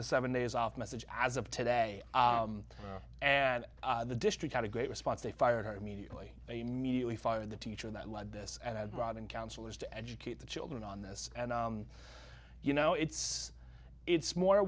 the seven days off message as of today and the district had a great response they fired her immediately immediately fired the teacher that led this and robin counselors to educate the children on this and you know it's it's more